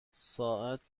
ساعت